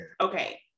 Okay